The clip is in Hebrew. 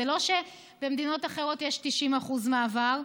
זה לא שבמדינות אחרות יש 90% מעבר.